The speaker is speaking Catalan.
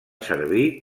servir